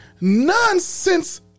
nonsense